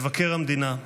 מבקר המדינה,